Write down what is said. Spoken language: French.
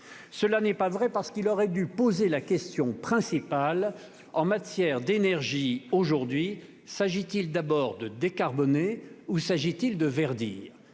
cela n'est pas vrai, parce qu'il aurait dû poser la question principale en matière d'énergie à ce jour : s'agit-il de décarboner ou bien de verdir ?